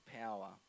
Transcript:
power